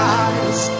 eyes